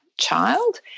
child